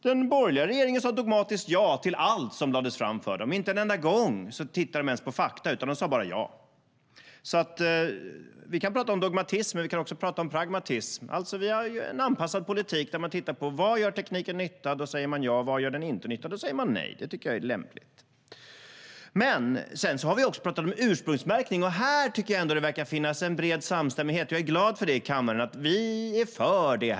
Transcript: Den borgerliga regeringen sa nämligen dogmatiskt ja till allt som lades fram för dem; inte en enda gång tittade de ens på fakta utan sa bara ja. Vi kan alltså prata om dogmatism, men vi kan också prata om pragmatism. Miljöpartiet har en anpassad politik där vi tittar på var tekniken gör nytta - där säger vi ja - och var den inte gör nytta. Då säger vi nej. Det tycker jag är lämpligt. Sedan har det också pratats om ursprungsmärkning, och här tycker jag ändå att det verkar finnas en bred samstämmighet i kammaren. Jag är glad över att vi är för det.